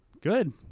Good